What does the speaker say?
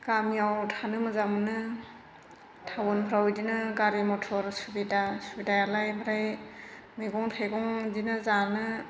गामियाव थानो मोजां मोनो टाउनफ्राव बेदिनो गारि मथर सुबिदा सुबिदायालाय आमफ्राय मैगं थाइगं बेदिनो जानो